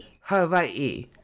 Hawaii